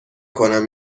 کنم